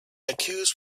accused